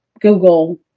Google